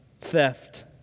theft